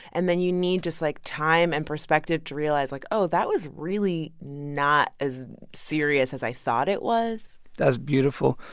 and then you need just like time and perspective to realize like, oh, that was really not as serious as i thought it was that's beautiful.